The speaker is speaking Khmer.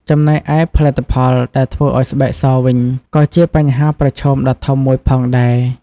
ចំណែកឯផលិតផលដែលធ្វើឱ្យស្បែកសវិញ ក៏ជាបញ្ហាប្រឈមដ៏ធំមួយផងដែរ។